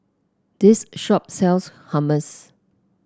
this shop sells Hummus